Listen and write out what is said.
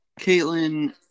Caitlin